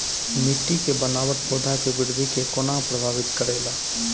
मिट्टी के बनावट पौधा के वृद्धि के कोना प्रभावित करेला?